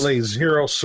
zero